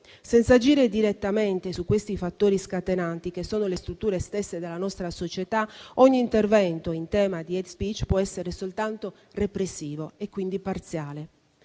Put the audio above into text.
Senza agire direttamente su questi fattori scatenanti, che sono le strutture stesse della nostra società, ogni intervento in tema di *hate speech* può essere soltanto repressivo e quindi parziale.